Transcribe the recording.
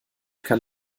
kann